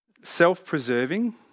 Self-preserving